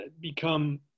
become